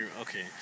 Okay